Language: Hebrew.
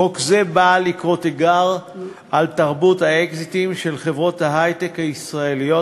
חוק זה בא לקרוא תיגר על תרבות האקזיטים של חברות ההיי-טק הישראליות.